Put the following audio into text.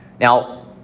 Now